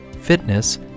fitness